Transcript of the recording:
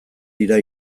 dira